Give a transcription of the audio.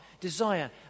desire